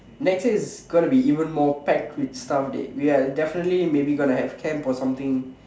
next year is going to be even more packed with stuff dey we are definitely maybe gonna have camp or something